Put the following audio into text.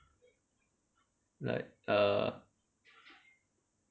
like err